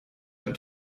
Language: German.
ein